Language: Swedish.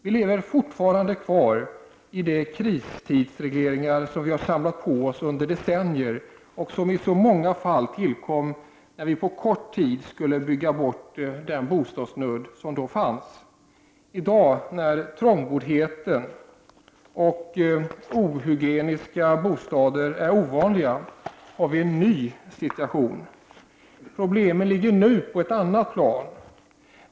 Vilever fortfarande med de kristidsregleringar som vi har samlat på oss under decennier och som i många fall tillkom när vi på kort tid skulle bygga bort bostadsnöden. I dag när trångboddheten och ohygieniska bostäder är ovanliga har vi en ny situation. Problemen ligger på ett annat plan.